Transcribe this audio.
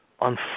On